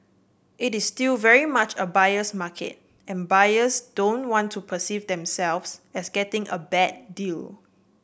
it is still very much a buyer's market and buyers don't want to perceive themselves as getting a bad deal